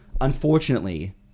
Unfortunately